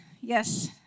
Yes